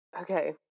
Okay